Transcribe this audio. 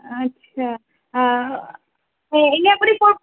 আচ্ছা হয় এনে আপুনি ক'ৰ